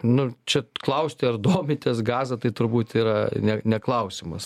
nu čia klausti ar domitės gaza tai turbūt yra ne ne klausimas